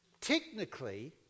Technically